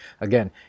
again